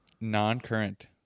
Non-current